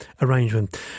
arrangement